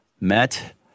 met